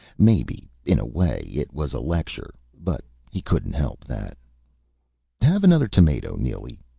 maybe, in a way, it was a lecture but he couldn't help that have another tomato, neely.